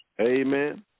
Amen